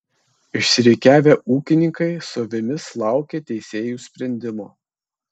išsirikiavę ūkininkai su avimis laukė teisėjų sprendimo